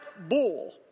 bull